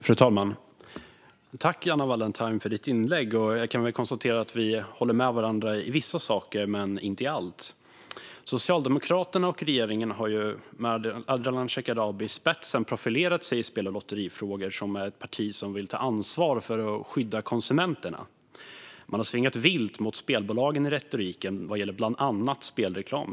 Fru talman! Tack, Anna Wallentheim, för ditt inlägg! Jag kan konstatera att vi håller med varandra om vissa saker men inte i allt. Socialdemokraterna och regeringen har ju, med Ardalan Shekarabi i spetsen, profilerat sig i spel och lotterifrågor som ett parti som vill ta ansvar för att skydda konsumenterna. Man har svingat vilt mot spelbolagen i retoriken, bland annat när det gäller spelreklam.